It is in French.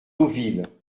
deauville